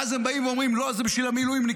ואז הם באים אומרים: לא, זה בשביל המילואימניקים.